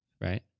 Right